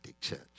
church